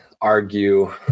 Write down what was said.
argue